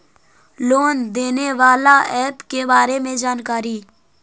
Loan देने बाला app के बारे मे जानकारी?